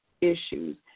issues